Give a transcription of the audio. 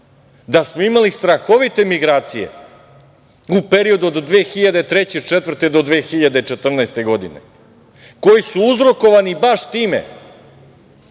da smo imali strahovite migracije u periodu od 2003-2004. do 2014. godine, koji su uzrokovani baš time